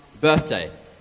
birthday